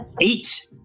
eight